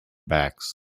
backs